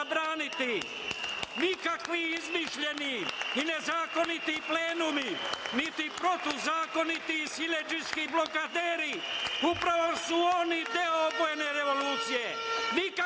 nikakvi izmišljeni i nezakoniti plenumi, niti protivzakoniti i siledžijski blokaderi. Upravo su oni deo obojene revolucije,